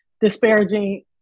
disparaging